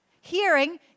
Hearing